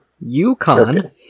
Yukon